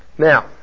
Now